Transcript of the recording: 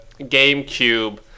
GameCube